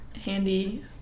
handy